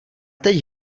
teď